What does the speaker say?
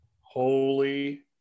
holy